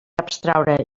abstraure